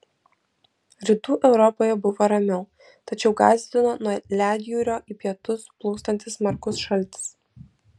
rytų europoje buvo ramiau tačiau gąsdino nuo ledjūrio į pietus plūstantis smarkus šaltis